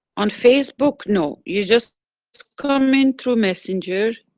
on facebook no, you just come in through messenger.